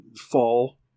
Fall